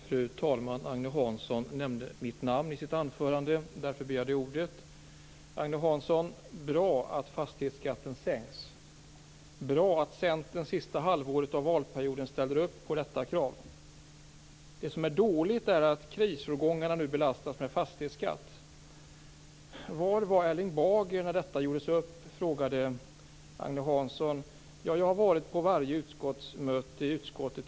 Fru talman! Agne Hansson nämnde mitt namn i sitt anförande. Därför begärde jag ordet. Det är bra, Agne Hansson, att fastighetsskatten sänks. Det är bra att Centern under det sista halvåret av valperioden ställer upp på detta krav. Det som är dåligt är att krisårgångarna nu belastas med fastighetsskatt. Agne Hansson frågade: Var var Erling Bager när detta gjordes upp? Jag har varit på varje möte i bostadsutskottet.